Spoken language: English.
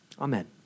amen